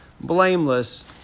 blameless